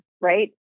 right